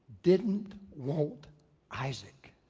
didn't want isaac.